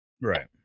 right